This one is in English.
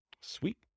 sweet